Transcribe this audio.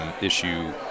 issue